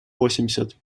восемьдесят